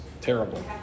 terrible